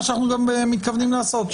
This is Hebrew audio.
זה גם מה שאנחנו מתכוונים לעשות.